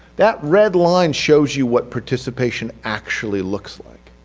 that red line shows you what participation actually looks like.